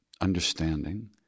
understanding